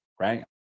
right